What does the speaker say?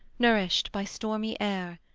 nourished by stormy air.